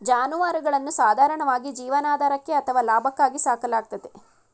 ಜಾನುವಾರುಗಳನ್ನು ಸಾಧಾರಣವಾಗಿ ಜೀವನಾಧಾರಕ್ಕೆ ಅಥವಾ ಲಾಭಕ್ಕಾಗಿ ಸಾಕಲಾಗ್ತದೆ